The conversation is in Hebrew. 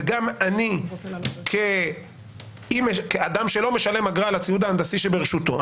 וגם אני כאדם שלא משלם אגרה על הציוד ההנדסי שברשותו,